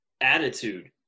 attitude